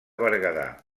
berguedà